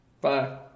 Bye